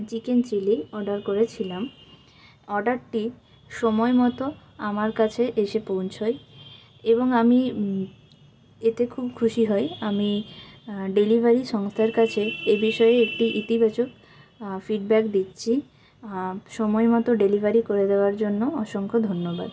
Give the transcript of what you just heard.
chicken chilli order করেছিলাম অর্ডারটি সময় মতো আমার কাছে এসে পৌঁছোয় এবং আমি এতে খুব খুশি হই আমি ডেলিভারি সংস্থার কাছে এ বিষয়ে একটি ইতিবাচক ফিডব্যাক দিচ্ছি সময় মতো ডেলিভারি করে দেওয়ার জন্য অসংখ্য ধন্যবাদ